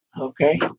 okay